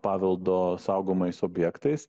paveldo saugomais objektais